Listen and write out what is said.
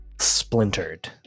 splintered